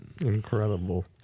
incredible